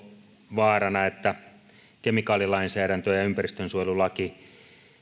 vaarana että kemikaalilainsäädäntö ja ja ympäristönsuojelulaki